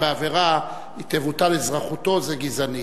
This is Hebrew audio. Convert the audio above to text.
בעבירה תבוטל אזרחותו, זה גזעני.